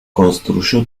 construyó